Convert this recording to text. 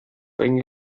bring